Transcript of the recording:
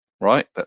Right